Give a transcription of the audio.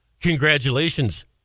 Congratulations